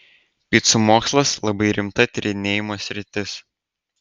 picų mokslas labai rimta tyrinėjimo sritis